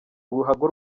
uruhago